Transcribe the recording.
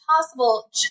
possible